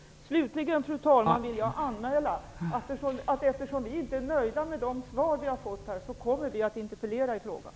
Slutligen, fru talman, vill jag anmäla att vi, eftersom vi inte är nöjda med de svar som vi har fått här, kommer att interpellera i frågan.